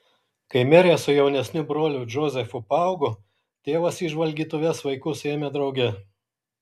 kai merė su jaunesniu broliu džozefu paaugo tėvas į žvalgytuves vaikus ėmė drauge